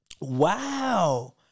Wow